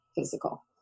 physical